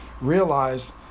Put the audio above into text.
realize